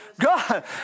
God